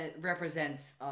represents